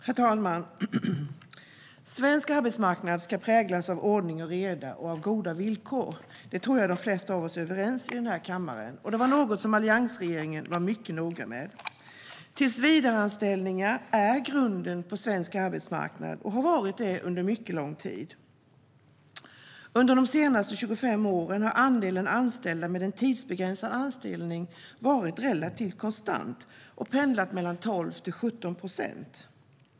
Herr talman! Svensk arbetsmarknad ska präglas av ordning och reda och av goda villkor. Det tror jag de flesta av oss är överens om i kammaren. Det var något som alliansregeringen var mycket noga med. Tillsvidareanställningar är grunden på svensk arbetsmarknad och har varit det under mycket lång tid. Under de senaste 25 åren har andelen anställda med en tidsbegränsad anställning varit relativt konstant och pendlat mellan 12 och 17 procent.